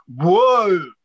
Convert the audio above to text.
whoa